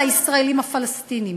לישראלים הפלסטינים.